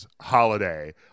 holiday